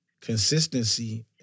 consistency